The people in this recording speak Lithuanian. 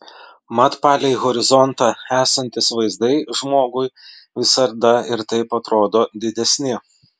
mat palei horizontą esantys vaizdai žmogui visada ir taip atrodo didesni